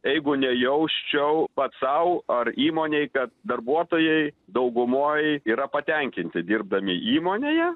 jeigu nejausčiau pats sau ar įmonei kad darbuotojai daugumoj yra patenkinti dirbdami įmonėje